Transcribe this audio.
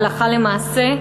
הלכה למעשה.